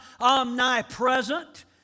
omnipresent